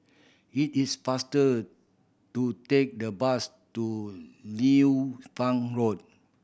it is faster to take the bus to Liu Fang Road